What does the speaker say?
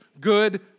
good